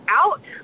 out